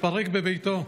מתפרק בביתו.